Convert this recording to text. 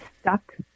stuck